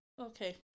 Okay